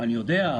אני יודע,